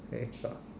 okay not